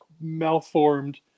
malformed